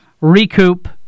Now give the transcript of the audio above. Recoup